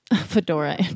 Fedora